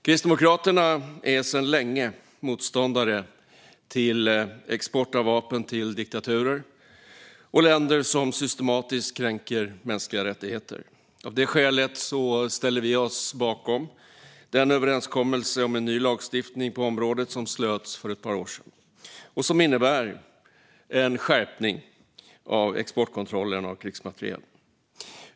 Kristdemokraterna är sedan länge motståndare till export av vapen till diktaturer och länder som systematiskt kränker mänskliga rättigheter. Av det skälet ställde vi oss bakom den överenskommelse om ny lagstiftning på området som slöts för ett par år sedan och som innebar en skärpning av exportkontrollen av krigsmateriel.